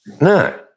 No